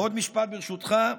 עוד משפט, ברשותך.